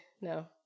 no